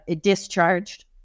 discharged